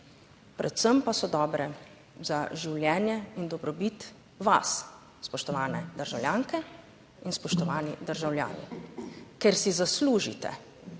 predvsem pa so dobre za življenje in dobrobit vas, spoštovane državljanke in spoštovani državljani, ker si zaslužite